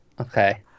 Okay